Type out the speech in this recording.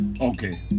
Okay